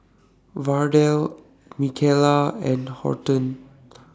Verdell Michaela and Horton